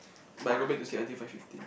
but I go back to sleep until five fifteen